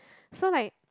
so like